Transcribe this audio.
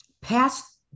past